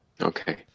Okay